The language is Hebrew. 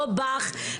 לא בך,